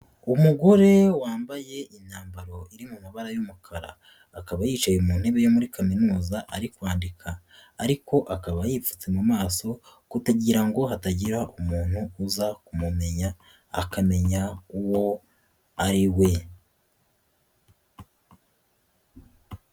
Umugore wambaye imyambaro iri mu mabara y'umukara akaba yicaye mu ntebe yo muri kaminuza ari kwandika ariko akaba yipfutse mu maso kutagira ngo hatagira umuntu uza kumumenya akamenya uwo ari we.